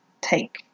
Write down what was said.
take